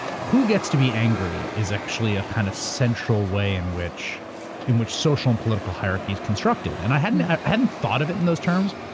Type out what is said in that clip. who gets to be angry, is actually a kind of central way in which in which social and political hierarchies are constructed, and i hadn't i hadn't thought of it in those terms,